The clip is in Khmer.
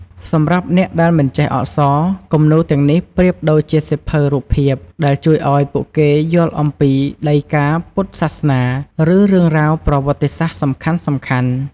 សម្រាប់អ្នកដែលមិនចេះអក្សរ គំនូរទាំងនេះប្រៀបដូចជាសៀវភៅរូបភាពដែលជួយឱ្យពួកគេយល់អំពីដីកាពុទ្ធសាសនា ឬរឿងរ៉ាវប្រវត្តិសាស្ត្រសំខាន់ៗ។